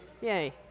Yay